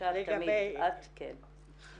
אפשר תמיד, את כן.